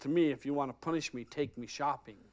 to me if you want to punish me take me shopping